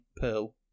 pearl